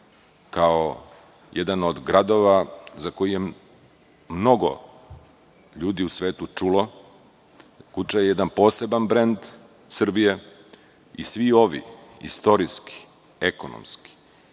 kao jedan od gradova za koji je mnogo ljudi u svetu čulo. Guča je jedan poseban brend Srbije i svi ovi istorijski, ekonomski,